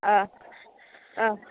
अह ओं